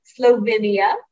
Slovenia